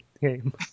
game